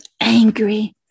angry